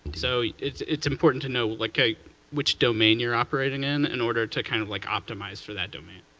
so it's it's important to know like ah which domain you're operating in in order to kind of like optimize for that domain.